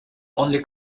only